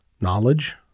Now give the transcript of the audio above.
knowledge